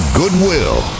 goodwill